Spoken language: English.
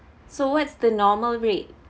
so what's the normal rate